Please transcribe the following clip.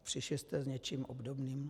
Přišli jste s něčím obdobným?